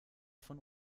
von